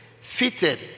fitted